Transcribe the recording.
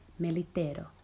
melitero